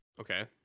Okay